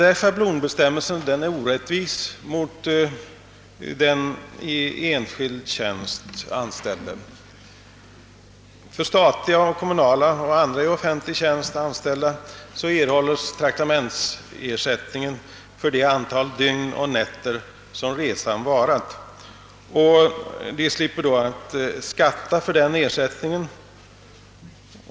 Denna schablonbestämmelse är orättvis mot den i enskild tjänst anställde. För statliga och kommunala eller andra i offentlig tjänst anställda erhålles traktamentsersättning för det antal dygn och nätter som resan varat, och de slipper då betala skatt för denna ersättning.